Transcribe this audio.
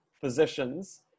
physicians